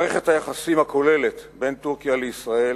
מערכת היחסים הכוללת בין טורקיה לישראל